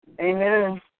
Amen